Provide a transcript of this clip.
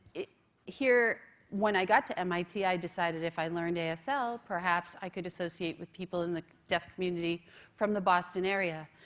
here when i got to mit, i decided if i learned asl, ah so perhaps i could associate with people in the deaf community from the boston area.